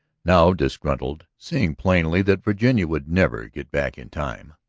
now, disgruntled, seeing plainly that virginia would never get back in time,